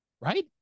right